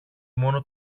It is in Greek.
μόνο